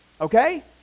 Okay